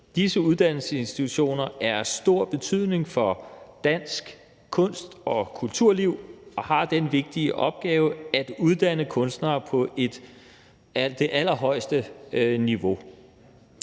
Disse uddannelsesinstitutioner er af stor betydning for dansk kunst- og kulturliv. De har den vigtige opgave at uddanne kunstnere på det allerhøjeste niveau,